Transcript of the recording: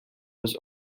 was